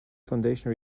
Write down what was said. foundation